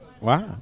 Wow